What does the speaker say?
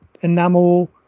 enamel